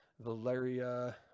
Valeria